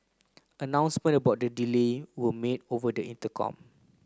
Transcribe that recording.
announcement about the delay were made over the intercom